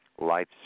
Life